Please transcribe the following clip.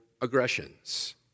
aggressions